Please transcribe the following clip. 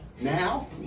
now